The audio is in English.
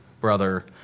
brother